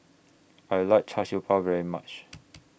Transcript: I like Char Siew Bao very much